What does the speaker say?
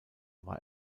war